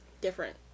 different